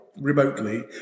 remotely